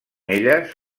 elles